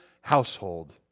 household